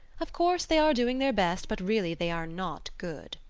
of course they are doing their best, but really they are not good.